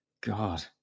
God